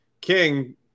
King